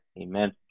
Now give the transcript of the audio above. Amen